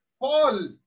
Paul